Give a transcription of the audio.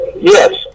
Yes